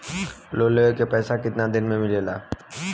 Loan के पैसा कितना दिन मे मिलेला?